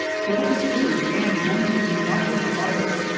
killing two and wounding a number of others.